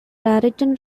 raritan